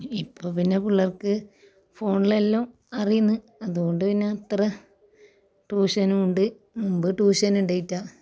ഇപ്പോൾ പിന്നെ പിള്ളേർക്ക് ഫോണിൽ എല്ലോം അറിയുന്നു അതുകൊണ്ട് പിന്നെ അത്ര ട്ടൂഷനും ഉണ്ട് മുമ്പ് ട്ടൂഷന്ണ്ടായിട്ടാ